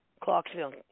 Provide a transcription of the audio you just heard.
Clarksville